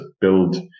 build